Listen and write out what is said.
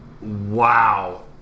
Wow